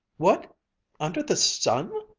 what under the sun?